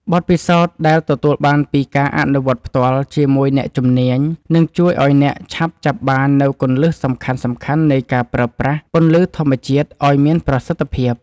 បទពិសោធន៍ដែលទទួលបានពីការអនុវត្តផ្ទាល់ជាមួយអ្នកជំនាញនឹងជួយឱ្យអ្នកឆាប់ចាប់បាននូវគន្លឹះសំខាន់ៗនៃការប្រើប្រាស់ពន្លឺធម្មជាតិឱ្យមានប្រសិទ្ធភាព។